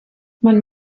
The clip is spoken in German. man